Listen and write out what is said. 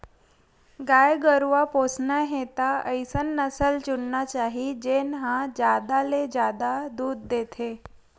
गाय गरूवा पोसना हे त अइसन नसल चुनना चाही जेन ह जादा ले जादा दूद देथे